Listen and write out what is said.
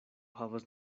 havas